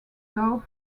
doug